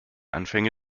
anfänge